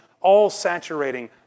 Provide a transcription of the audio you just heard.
all-saturating